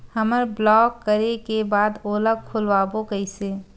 हमर ब्लॉक करे के बाद ओला खोलवाबो कइसे?